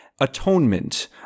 atonement